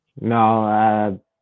No